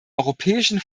europäischen